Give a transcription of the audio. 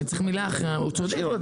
צריך מילה אחרי --- בעברית.